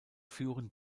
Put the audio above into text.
führen